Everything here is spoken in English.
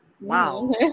wow